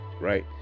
right